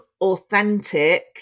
authentic